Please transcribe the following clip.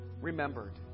remembered